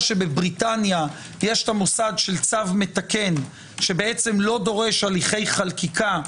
שבבריטניה יש המוסד של צו מתקן שלא דורש הליכי חקיקה.